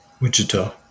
Wichita